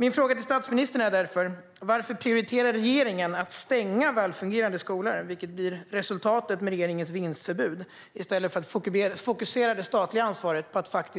Min fråga till statsministern är därför: Varför prioriterar regeringen att stänga välfungerande skolor, vilket blir resultatet av regeringens vinstförbud, i stället för att fokusera det statliga ansvaret på att